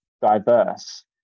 diverse